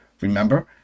Remember